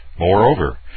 Moreover